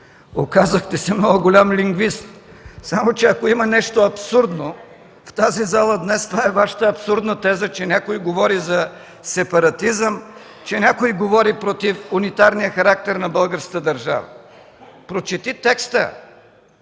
оказахте се много голям лингвист. Само че ако има нещо абсурдно в тази зала днес, това е Вашата абсурдна теза, че някой говори за сепаратизъм, че някой говори против унитарния характер на българската държава. Прочети текста,